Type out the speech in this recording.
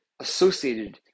associated